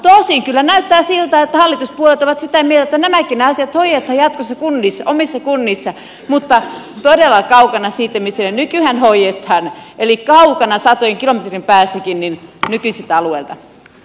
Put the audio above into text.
tosin kyllä näyttää siltä että hallituspuolueet ovat sitä mieltä että nämäkin asiat hoidetaan jatkossa omissa kunnissa mutta todella kaukana sieltä missä ne nykyään hoidetaan eli kaukana satojenkin kilometrien päässä nykyisiltä alueilta